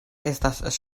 estas